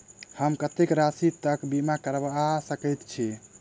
हम कत्तेक राशि तकक बीमा करबा सकैत छी?